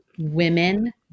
Women